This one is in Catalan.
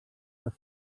les